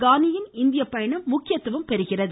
கானியின் இந்திய பயணம் முக்கியத்துவம் பெறுகிறது